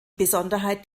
besonderheit